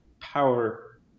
power